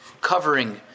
covering